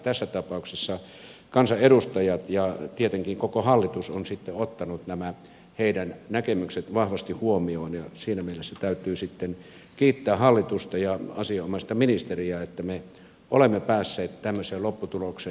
tässä tapauksessa kansanedustajat ja tietenkin koko hallitus ovat ottaneet nämä heidän näkemykset vahvasti huomioon ja siinä mielessä täytyy sitten kiittää hallitusta ja asianomaista ministeriä että me olemme päässeet tämmöiseen lopputulokseen